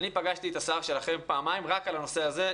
אני פגשתי את השר שלכם פעמיים רק על הנושא הזה,